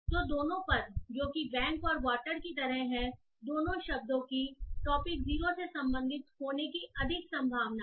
तो दोनों पद जो कि बैंक और वॉटर की तरह हैं दोनों शब्दों की टॉपिक 0 से संबंधित होने की अधिक संभावना है